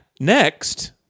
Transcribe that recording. Next